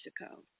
Mexico